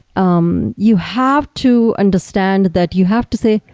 um you have to understand that you have to say,